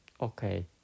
okay